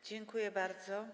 Dziękuję bardzo.